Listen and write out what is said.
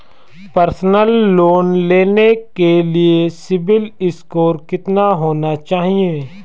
Personal loan लेने के लिए सिबिल स्कोर कितना होना चाहिए?